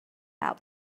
out